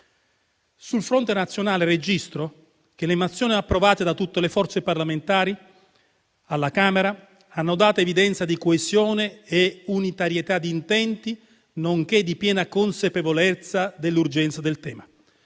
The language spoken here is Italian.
Sul fronte nazionale registro che le mozioni approvate da tutte le forze parlamentari alla Camera hanno dato evidenza di coesione e unitarietà di intenti, nonché di piena consapevolezza dell'urgenza del tema.